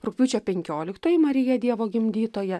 rugpjūčio penkioliktoji marija dievo gimdytoja